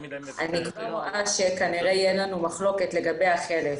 כנראה תהיה לנו מחלוקת לגבי החלף.